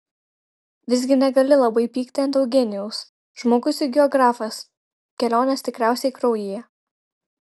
visgi negali labai pykti ant eugenijaus žmogus juk geografas kelionės tikriausiai kraujyje